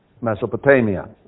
Mesopotamia